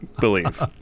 believe